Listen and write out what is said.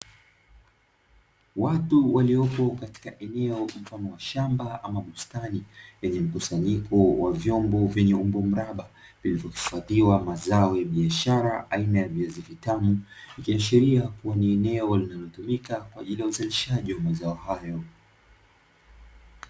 Watu waliopo katika eneo la wazi mfano wa shamba ama bustani lenye mkusanyiko wa vyombo vyenye umbo mraba vilivyohifadhiwa mazao ya biashara aina ya viazi vitamu, ikiashiria kuwa ni eneo linalotumika kwa ajili ya uzalishaji wa mazao hayo.